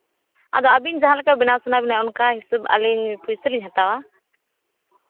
ᱟᱫᱚ ᱟᱹᱵᱤᱱ ᱡᱟᱦᱟᱸ ᱞᱮᱠᱟ ᱵᱮᱱᱟᱣ ᱥᱟᱱᱟ ᱵᱮᱱᱟ ᱚᱱᱠᱟ ᱦᱤᱥᱟᱹᱵᱽ ᱟᱹᱞᱤᱧ ᱯᱩᱭᱥᱟᱹ ᱞᱤᱧ ᱦᱟᱛᱟᱣᱟ